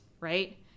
right